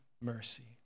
mercy